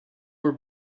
were